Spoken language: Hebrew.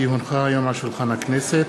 כי הונחה היום על שולחן הכנסת,